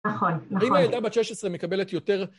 נכון, נכון. ואם הילדה בת 16 מקבלת יותר